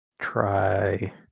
try